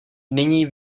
nyní